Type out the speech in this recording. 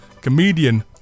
comedian